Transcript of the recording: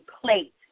plate